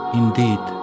indeed